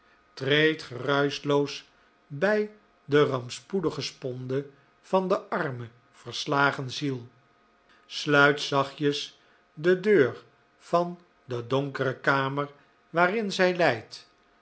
treed geruischloos bij de rampspoedige sponde van de arme verslagen ziel sluit zachtjes de deur van de donkere kamer waarin zij